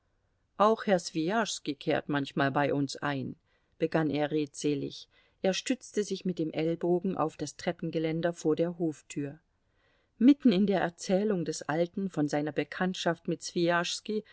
auch herr swijaschski kehrt manchmal bei uns ein begann er redselig er stützte sich mit dem ellbogen auf das treppengeländer vor der hoftür mitten in der erzählung des alten von seiner bekanntschaft mit